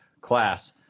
class